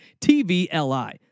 TVLI